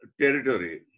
territory